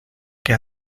que